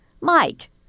Mike